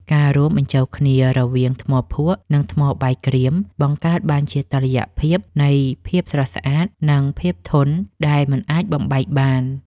ការរួមបញ្ចូលគ្នារវាងថ្មភក់ និង ថ្មបាយក្រៀមបង្កើតបានជាតុល្យភាពនៃភាពស្រស់ស្អាត និង ភាពធន់ដែលមិនអាចបំបែកបាន។